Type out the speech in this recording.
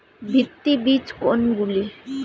ভিত্তি বীজ কোনগুলি?